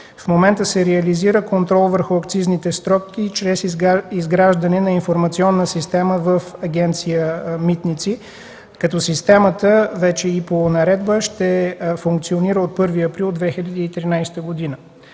В момента се реализира контрол върху акцизните стоки чрез изграждане на информационна система в Агенция „Митници”, като системата вече и по наредба ще функционира от 1 април 2013 г.